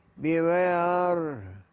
beware